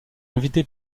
invité